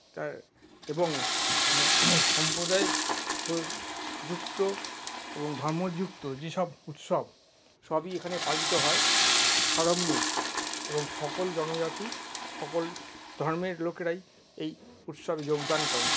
তার এবং সম্প্রদায় যুক্ত এবং ধর্মযুক্ত যে সব উৎসব সবই এখানে পালিত হয় সাড়ম্বরে এবং সকল জনজাতি সকল ধর্মের লোকেরাই এই উৎসব যোগদান করেন